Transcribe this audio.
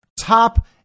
top